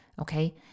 Okay